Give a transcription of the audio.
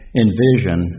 envision